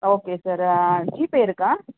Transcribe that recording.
okay sir GPay இருக்கா